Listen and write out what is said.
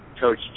Coach